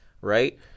right